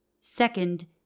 Second